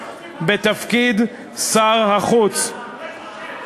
בתפקיד שר החוץ.